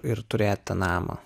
ir turėt tą namą